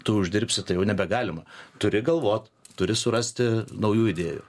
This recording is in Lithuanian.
tu uždirbsi tai jau nebegalima turi galvot turi surasti naujų idėjų